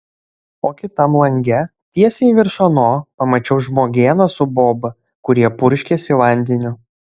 o kitam lange tiesiai virš ano pamačiau žmogėną su boba kurie purškėsi vandeniu